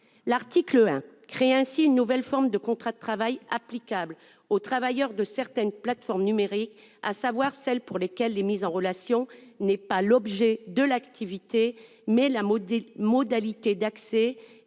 de loi crée donc une nouvelle forme de contrat de travail applicable aux travailleurs de certaines plateformes numériques, à savoir celles pour lesquelles la mise en relation est non pas l'objet de l'activité, mais la modalité d'accès